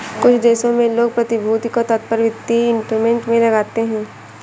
कुछ देशों में लोग प्रतिभूति का तात्पर्य वित्तीय इंस्ट्रूमेंट से लगाते हैं